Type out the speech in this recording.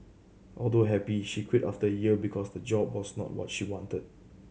although happy she quit after a year because the job was not what she wanted